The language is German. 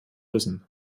wissen